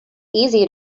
easy